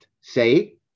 say